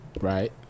Right